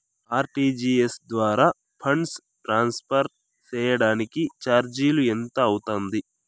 RTGS ద్వారా funds transfer సేయడానికి చార్జీలు ఎంత అవుతుంది